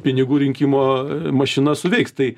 pinigų rinkimo mašina suveiks tai